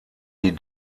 die